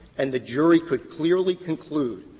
and the jury could clearly conclude